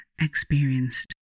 experienced